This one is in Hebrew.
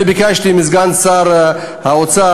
אני ביקשתי מסגן שר האוצר,